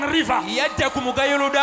River